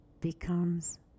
becomes